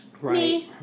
right